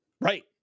Right